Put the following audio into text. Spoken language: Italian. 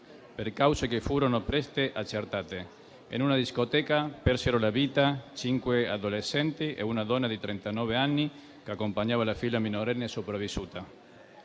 per cause che furono presto accertate. In una discoteca persero la vita cinque adolescenti e una donna di trentanove anni che accompagnava la figlia minorenne e sopravvissuta.